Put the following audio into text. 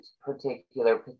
particular